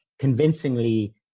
convincingly